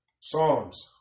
Psalms